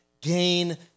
gain